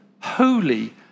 holy